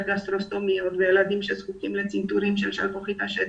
גסטרוסומיות וילדים שזקוקים לצינטורים של שלפוחית השתן,